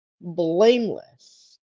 blameless